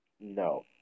No